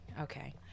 okay